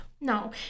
No